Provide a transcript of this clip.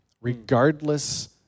regardless